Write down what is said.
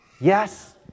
Yes